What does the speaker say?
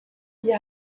wir